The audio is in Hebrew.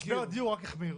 משבר הדיור רק החמיר.